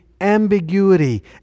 ambiguity